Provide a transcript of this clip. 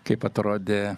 kaip atrodė